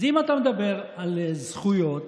אז אם אתה מדבר על זכויות,